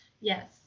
Yes